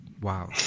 Wow